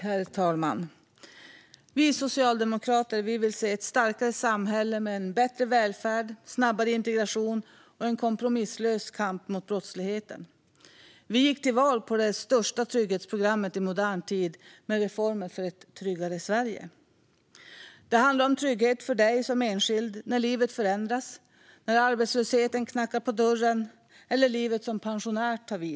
Herr talman! Vi socialdemokrater vill se ett starkare samhälle med en bättre välfärd, snabbare integration och en kompromisslös kamp mot brottsligheten. Vi gick till val på det största trygghetsprogrammet i modern tid, med reformer för ett tryggare Sverige. Det handlar om trygghet för dig som enskild när livet förändras, när arbetslösheten knackar på dörren eller när livet som pensionär tar vid.